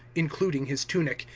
including his tunic,